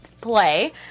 play